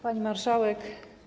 Pani Marszałek!